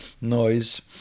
noise